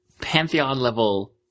pantheon-level